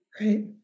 Right